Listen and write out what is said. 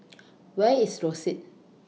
Where IS Rosyth